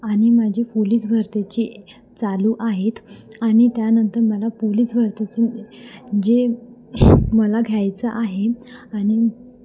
आणि माझी पोलीस भरतीची चालू आहेत आणि त्यानंतर मला पुलीस भरतीची जे मला घ्यायचं आहे आणि